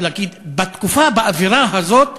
בתקופה, באווירה הזאת,